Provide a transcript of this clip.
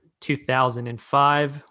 2005